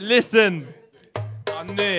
Listen